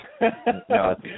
No